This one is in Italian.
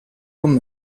con